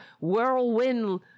whirlwind